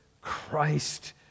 Christ